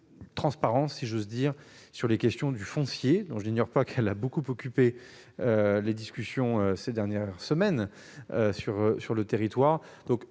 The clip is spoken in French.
transparence, sur la question du foncier en Guyane, dont je n'ignore pas qu'elle a beaucoup occupé les discussions ces dernières semaines sur ce territoire.